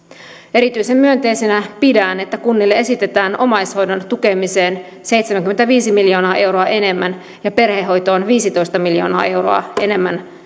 erityisen myönteisenä pidän sitä että kunnille esitetään omaishoidon tukemiseen seitsemänkymmentäviisi miljoonaa euroa enemmän ja perhehoitoon viisitoista miljoonaa euroa enemmän